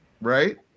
Right